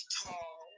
tall